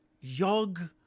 yog